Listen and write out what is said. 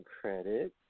credit